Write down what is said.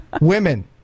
Women